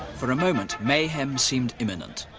for a moment mayhem seemed imminent,